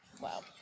Wow